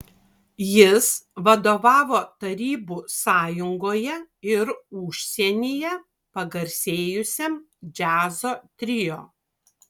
jis vadovavo tarybų sąjungoje ir užsienyje pagarsėjusiam džiazo trio